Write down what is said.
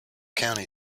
county